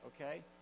okay